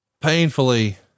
Painfully